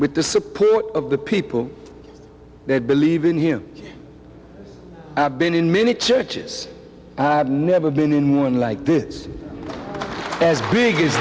with the support of the people that believe in him i've been in many churches and i've never been in one like this as big as